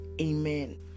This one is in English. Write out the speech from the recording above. amen